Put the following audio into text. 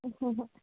ꯍꯣꯏ ꯍꯣꯏ